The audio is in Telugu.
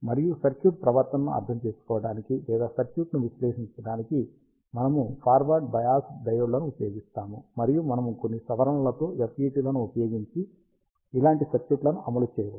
మరియు సర్క్యూట్ ప్రవర్తనను అర్థం చేసుకోవడానికి లేదా సర్క్యూట్ను విశ్లేషించడానికి మనము ఫార్వర్డ్ బయాసుడ్ డయోడ్లను ఉపయోగిస్తాము మరియు మనము కొన్ని సవరణలతో FET లను ఉపయోగించి ఇలాంటి సర్క్యూట్లను అమలు చేయవచ్చు